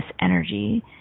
energy